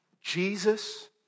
Jesus